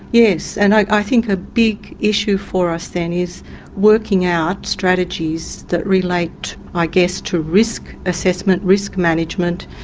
yes, and i think a big issue for us then is working out strategies that relate i guess to risk assessment, risk management,